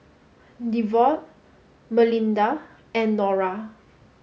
Devaughn Melinda and Nora